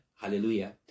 hallelujah